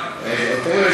אתה רואה,